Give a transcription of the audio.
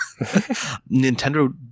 Nintendo